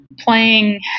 playing